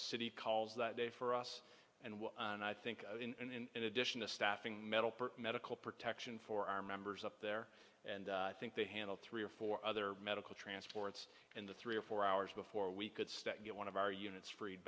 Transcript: city calls that day for us and and i think in addition to staffing metal for medical protection for our members up there and i think they handle three or four other medical transports in the three or four hours before we could start get one of our units freed